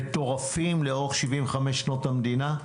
מטורפים, לאורך 75 שנות המדינה,